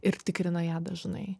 ir tikrina ją dažnai